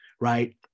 right